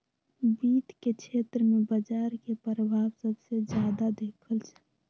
वित्त के क्षेत्र में बजार के परभाव सबसे जादा देखल जा रहलई ह